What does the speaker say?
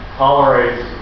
tolerates